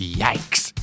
yikes